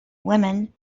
women